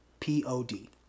P-O-D